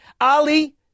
Ali